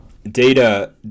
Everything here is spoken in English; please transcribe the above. Data